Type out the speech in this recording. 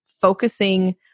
focusing